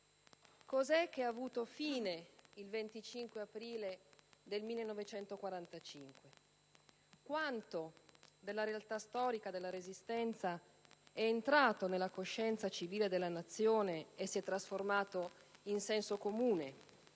cos'è che ha avuto fine il 25 aprile del 1945? Quanto della realtà storica della Resistenza è entrato nella coscienza civile della Nazione e si è trasformato in senso comune?